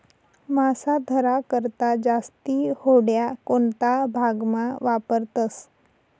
मासा धरा करता जास्ती होड्या कोणता भागमा वापरतस